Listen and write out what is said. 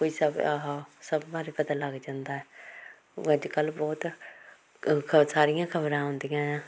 ਕੋਈ ਸਭ ਆਹਾ ਸਭ ਬਾਰੇ ਪਤਾ ਲੱਗ ਜਾਂਦਾ ਅੱਜ ਕੱਲ੍ਹ ਬਹੁਤ ਸਾਰੀਆਂ ਖਬਰਾਂ ਆਉਂਦੀਆਂ ਆ